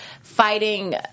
fighting